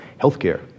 healthcare